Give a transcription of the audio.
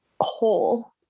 whole